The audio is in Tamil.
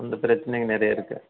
அந்த பிரச்சனைங்க நிறைய இருக்கு